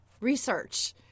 research